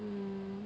mmhmm